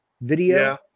video